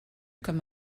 comme